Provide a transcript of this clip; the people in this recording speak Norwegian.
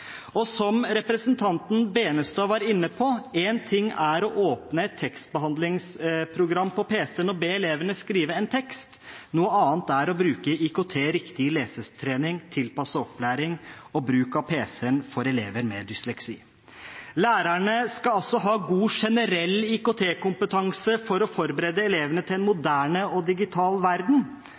Og som representanten Tveiten Benestad var inne på: Én ting er å åpne et tekstbehandlingsprogram på pc-en og be elevene skrive en tekst, noe annet er å bruke IKT riktig i lesetrening, tilpasset opplæring og for elever med dysleksi. Lærerne skal altså ha god generell IKT-kompetanse for å forberede elevene på en moderne og digital verden,